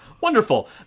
Wonderful